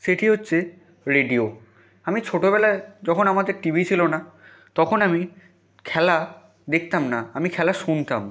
সেটি হচ্ছে রেডিও আমি ছোটবেলায় যখন আমাদের টিভি ছিল না তখন আমি খেলা দেখতাম না আমি খেলা শুনতাম